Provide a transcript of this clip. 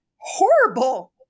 horrible